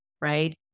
right